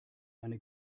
eine